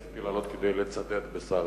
רציתי לעלות כדי לצדד בשר